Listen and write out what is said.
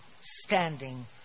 standing